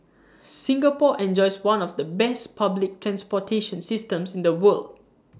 Singapore enjoys one of the best public transportation systems in the world